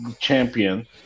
champion